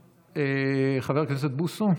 חבר הכנסת בוסו,